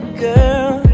girl